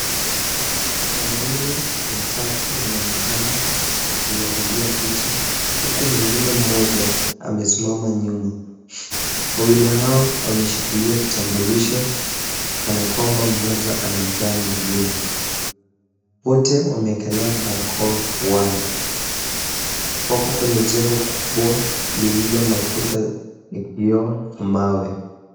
Wanaume watatu wanaonekana wakiangalia picha huku mwingine mmoja amesimama nyuma. Wawili hawa wameshikilia kitambulisho kana kwamba mmoja anampea mwingine. Wote wameekelea barakoa puani. Wako kwenye jengo kubwa lililo na kuta la kioo na mawe.